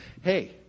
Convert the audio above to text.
hey